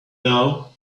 now